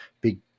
big